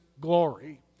glory